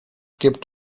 gibt